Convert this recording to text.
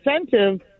incentive